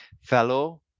Fellow